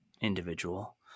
individual